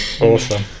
Awesome